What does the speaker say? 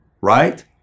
right